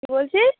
কি বলছিস